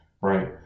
right